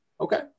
Okay